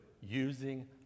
using